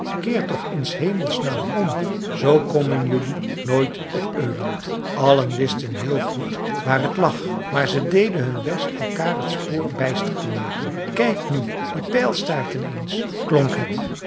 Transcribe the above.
keer toch in s hemels naam om zoo komen jelui nooit op öland allen wisten heel goed waar het lag maar ze deden hun best elkaar het spoor bijster te maken kijk nu die pijlstaarten eens klonk het